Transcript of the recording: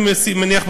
אני מניח,